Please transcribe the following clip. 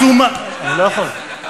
נמאס מחברי כנסת שבעיצומם, אני לא יכול.